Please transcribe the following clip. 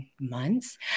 months